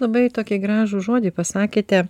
labai tokį gražų žodį pasakėte